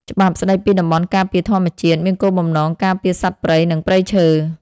ច្បាប់ស្តីពីតំបន់ការពារធម្មជាតិមានគោលបំណងការពារសត្វព្រៃ និងព្រៃឈើ។